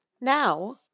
Now